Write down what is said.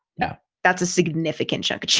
yeah, that's a significant chunk of change